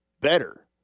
better